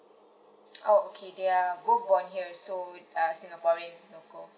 oh okay they're both born here so uh singaporean local